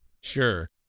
Sure